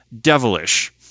devilish